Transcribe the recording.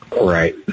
Right